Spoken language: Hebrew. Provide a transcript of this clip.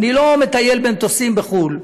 אני לא מטייל במטוסים בחו"ל,